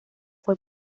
fue